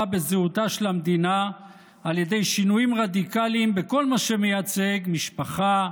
בזהותה של המדינה על ידי שינויים רדיקליים בכל מה שמייצג משפחה,